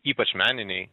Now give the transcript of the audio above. ypač meniniai